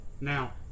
Now